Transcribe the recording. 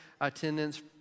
attendance